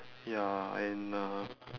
ya and uh